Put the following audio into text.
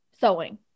sewing